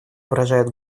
выражает